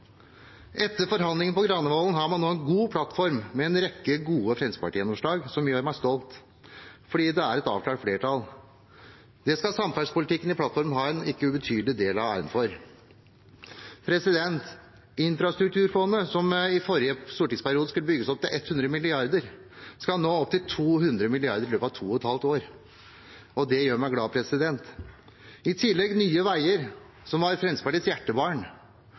Etter forhandlingene på Granavolden har man nå en god plattform, med en rekke gode Fremskrittsparti-gjennomslag, noe som gjør meg stolt, fordi det er et avklart flertall. Det skal samferdselspolitikken i plattformen ha en ikke ubetydelig del av æren for. Infrastrukturfondet, som i forrige stortingsperiode skulle bygges opp til 100 mrd. kr, skal nå opp til 200 mrd. kr i løpet av to og et halvt år. Det gjør meg glad. I tillegg har vi Nye Veier, som var Fremskrittspartiets hjertebarn.